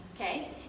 okay